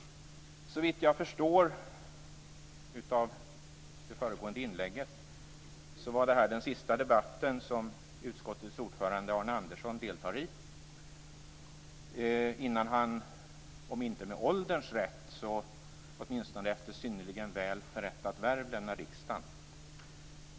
Såvitt jag förstod av det föregående inlägget var det här den sista debatten som utskottets ordförande Arne Andersson deltar i innan han om inte med ålderns rätt så åtminstone efter synnerligen väl förrättat värv lämnar riksdagen.